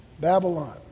Babylon